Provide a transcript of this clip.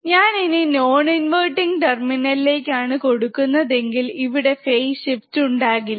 ഞാൻ ഇനി non inverting ടെർമിനലിലേക്ക് ആണ് കൊടുക്കുന്നതെങ്കിൽ ഇവിടെ ഫെയ്സ് ഷിഫ്റ്റ് ഉണ്ടാകില്ല